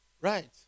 Right